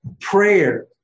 Prayer